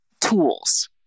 tools